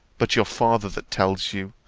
but your father, that tells you,